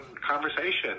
conversation